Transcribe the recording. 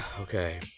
Okay